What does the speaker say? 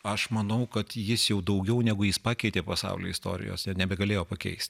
aš manau kad jis jau daugiau negu jis pakeitė pasaulį istorijose nebegalėjo pakeisti